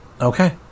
okay